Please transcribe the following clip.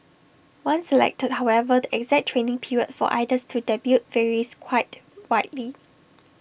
once selected however the exact training period for idols to debut varies quite widely